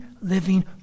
living